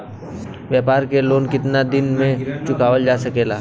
व्यापार के लोन कितना दिन मे चुकावल जा सकेला?